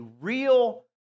real